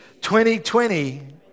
2020